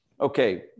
okay